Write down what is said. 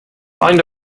find